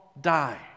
die